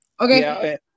Okay